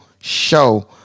show